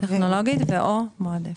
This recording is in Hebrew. טכנולוגית ו/או מועדפת.